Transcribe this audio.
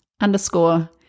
underscore